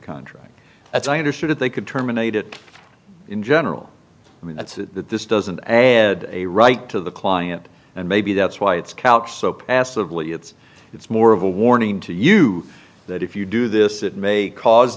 contract as i understood it they could terminate it in general and that's that this doesn't a right to the client and maybe that's why it's couch so passively it's it's more of a warning to you that if you do this it may cause